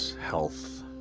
health